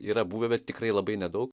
yra buvę bet tikrai labai nedaug